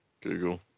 Google